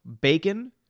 bacon